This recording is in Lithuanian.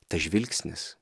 tas žvilgsnis